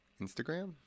Instagram